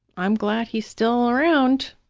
i'm glad he's still around,